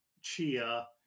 chia